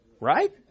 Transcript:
right